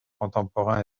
contemporains